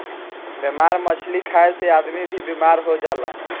बेमार मछली खाए से आदमी भी बेमार हो जाला